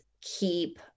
keep